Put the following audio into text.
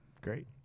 Great